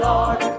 Lord